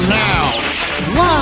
now